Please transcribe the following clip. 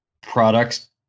products